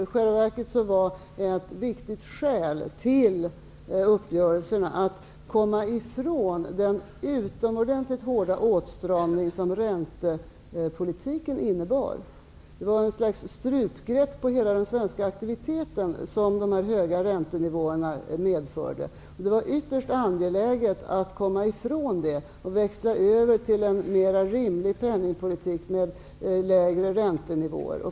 I själva verket var ett viktigt skäl till uppgörelsen att komma ifrån den utomordentligt hårda åtstramning som räntepolitiken innebar. De höga räntenivåerna medförde ett slags strupgrepp på hela den svenska aktiviteten. Det var ytterst angeläget att komma ifrån det och växla över till en mera rimlig penningpolitik med lägre räntenivåer.